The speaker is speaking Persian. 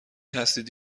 هستید